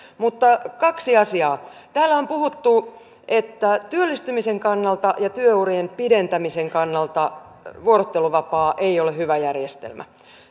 mutta kaksi asiaa täällä on puhuttu että työllistymisen kannalta ja työurien pidentämisen kannalta vuorotteluvapaa ei ole hyvä järjestelmä